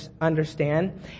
understand